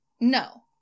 no